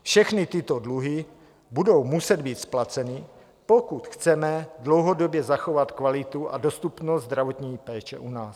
Všechny tyto dluhy budou muset být splaceny, pokud chceme dlouhodobě zachovat kvalitu a dostupnost zdravotní péče u nás.